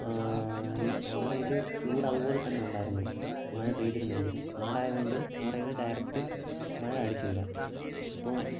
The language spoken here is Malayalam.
ഈ പാറയിൽ ചൂട് അതുപോലെതന്നെ ഉണ്ടായിരുന്നു മഴ പെയ്തിരുന്നുവെങ്കിലും കാടായതുകൊണ്ട് പാറയിൽ ഡയറക്ട് മഴ അടിച്ചില്ല ഇപ്പോൾ